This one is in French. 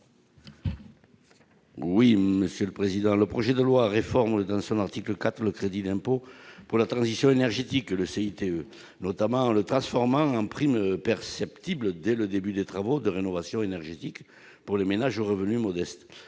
à M. Roland Courteau. Le projet de loi réforme, à son article 4, le crédit d'impôt pour la transition énergétique, le CITE, notamment en le transformant en prime perceptible dès le début des travaux de rénovation énergétique pour les ménages aux revenus modestes.